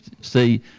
see